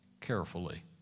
carefully